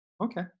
Okay